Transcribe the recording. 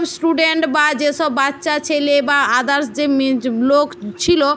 student বা যেসব বাচ্চা ছেলে বা আদার্স যে লোক ছিল